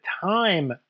time